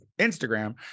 Instagram